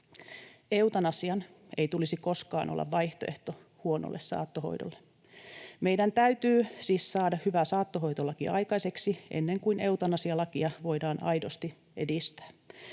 Eutanasian ei tulisi koskaan olla vaihtoehto huonolle saattohoidolle. Meidän täytyy siis saada hyvä saattohoitolaki aikaiseksi, ennen kuin eutanasialakia voidaan aidosti edistää.